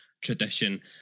tradition